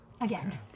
Again